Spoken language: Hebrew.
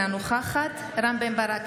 אינה נוכחת רם בן ברק,